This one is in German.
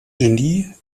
genie